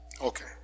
Okay